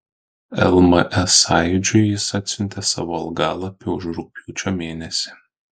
lms sąjūdžiui jis atsiuntė savo algalapį už rugpjūčio mėnesį